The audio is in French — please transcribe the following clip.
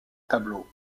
tableau